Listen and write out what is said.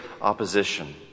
opposition